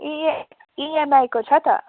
ई E M आईको छ त